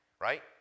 right